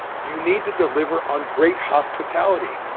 you need to deliver on great hospitality.